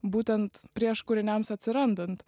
būtent prieš kūriniams atsirandant